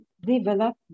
development